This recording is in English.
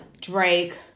Drake